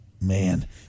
Man